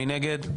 מי נגד?